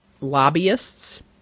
lobbyists